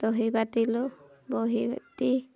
দহি বাতিলোঁ দহি বাতি